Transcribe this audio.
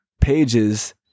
Pages